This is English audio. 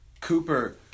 Cooper